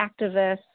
activists